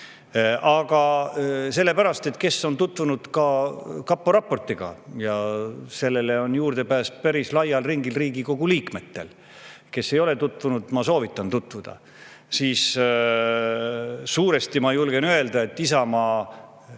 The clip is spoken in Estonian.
Aga sellepärast, et kes on tutvunud kapo raportiga – sellele on juurdepääs päris laial ringil Riigikogu liikmetel ja kes ei ole tutvunud, ma soovitan tutvuda –, see teab, ma julgen öelda, et Isamaa